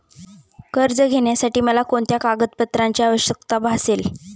कर्ज घेण्यासाठी मला कोणत्या कागदपत्रांची आवश्यकता भासेल?